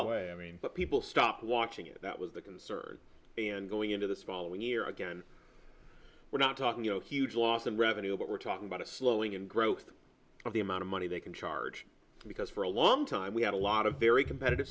away i mean but people stopped watching it that was the concert and going into this following year again we're not talking you know huge loss of revenue but we're talking about a slowing in growth of the amount of money they can charge because for a long time we had a lot of very competitive